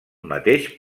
mateix